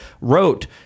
wrote